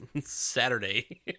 Saturday